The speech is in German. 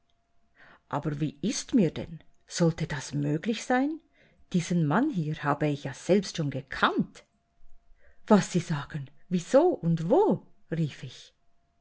aber wie ist mir denn sollte das möglich sein diesen mann hier habe ich ja selbst schon gekannt was sie sagen wieso und wo rief ich